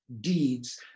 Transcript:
deeds